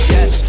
Yes